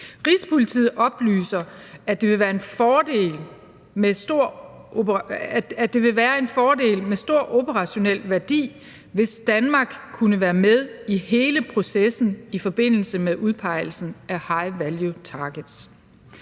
Rigspolitiet oplyser, at det ville være en fordel med stor operationel værdi, hvis Danmark kunne være med i hele processen i forbindelse med udpegelsen af high value targets.